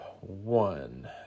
one